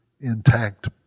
intact